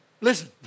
Listen